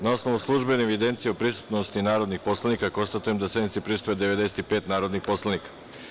Na osnovu službene evidencije o prisutnosti narodnih poslanika, konstatujem da sednici prisustvuje 95 narodnih poslanika.